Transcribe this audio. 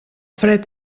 fred